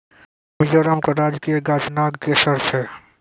मिजोरम के राजकीय गाछ नागकेशर छै